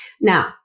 Now